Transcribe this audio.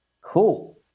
Cool